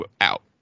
out